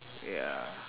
ya